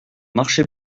marché